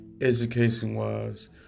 education-wise